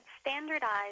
standardized